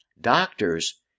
doctors